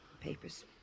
Papers